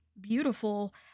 beautiful